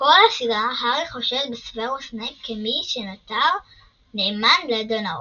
כל הסדרה הארי חושד בסוורוס סנייפ כמי שנותר נאמן לאדון האופל,